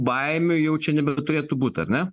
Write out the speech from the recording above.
baimių jau čia nebeturėtų būt ar ne